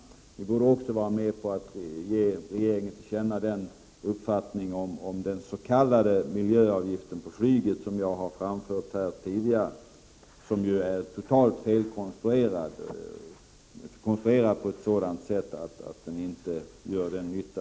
Ni borde också vara med på att ge regeringen till känna den uppfattning om den s.k. miljöavgiften på flyget som jag har framfört här tidigare. Den här avgiften är ju totalt felkonstruerad. Konstruktionen är alltså sådan att miljöavgiften inte får avsedd nytta.